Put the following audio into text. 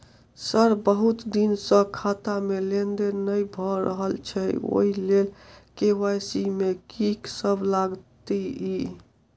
Sir बहुत दिन सऽ खाता मे लेनदेन नै भऽ रहल छैय ओई लेल के.वाई.सी मे की सब लागति ई?